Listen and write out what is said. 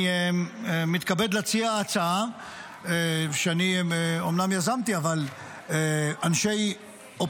נעבור לנושא הבא על סדר-היום,